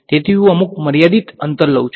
તેથી હું અમુક મર્યાદિત અંતર લઉં છું